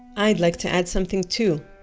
i'd like to add something too,